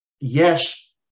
yes